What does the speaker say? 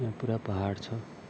यहाँ पुरा पहाड छ